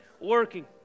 working